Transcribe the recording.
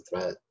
threat